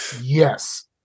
Yes